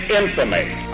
infamy